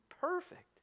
perfect